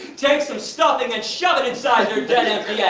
take some stuffing and shove it inside their dead empty yeah